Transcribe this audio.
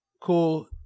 Cool